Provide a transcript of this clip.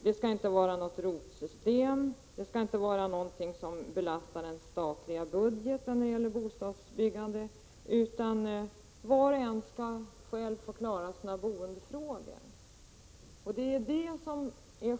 Han vill inte ha något ROT-system och vill inte att bostadsbyggandet skall belasta den statliga budgeten, utan var och en skall själv få klara sina boendefrågor.